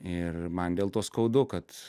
ir man dėl to skaudu kad